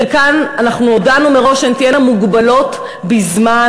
חלקן אנחנו הודענו מראש שהן תהיינה מוגבלות בזמן,